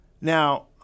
now